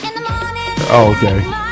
Okay